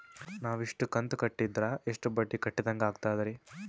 ನಾವು ಇಷ್ಟು ಕಂತು ಕಟ್ಟೀದ್ರ ಎಷ್ಟು ಬಡ್ಡೀ ಕಟ್ಟಿದಂಗಾಗ್ತದ್ರೀ?